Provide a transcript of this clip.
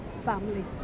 family